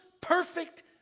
perfect